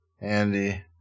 Andy